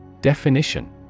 Definition